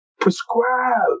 prescribe